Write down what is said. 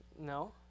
No